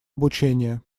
обучения